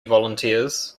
volunteers